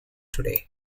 today